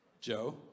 Joe